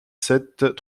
sept